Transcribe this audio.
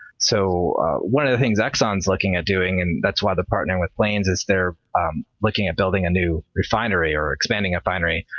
so one of the things exxon's looking at doing and that's why they're partnering with planes is, they're looking at building a new refinery or expanding a refinery.